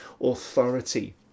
Authority